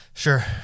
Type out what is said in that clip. Sure